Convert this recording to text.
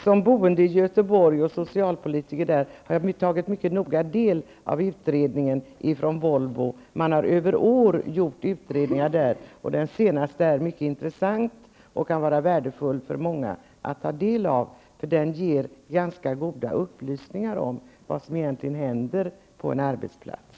Som boende i Göteborg och socialpolitiker där har jag tagit del av undersökningen från Volvo. Man har gjort utredningar vid Volvo under flera år, och den senaste är mycket intressant och kan vara värdefull för många att ta del av, eftersom den ger goda upplysningar om vad som egentligen händer på en arbetsplats.